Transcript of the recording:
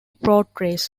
portrays